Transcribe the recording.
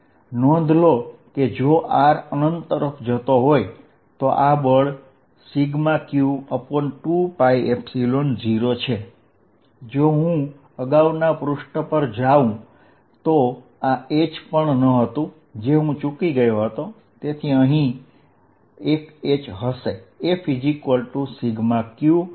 Fvertical2πσqh4π0hh2R2ydyy3σqh201h 1h2R2 નોંધો કે અહીં જો R અનંત તરફ જતો હોય તો આ બળ Fσq2π0થાય છે અહીં હું અગાઉનાં પૃષ્ઠ પર h લખતા ભૂલી ગયો હતો એટલે અહીં h લખેલા છે અહીં 1 h હશે